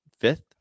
Fifth